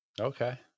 Okay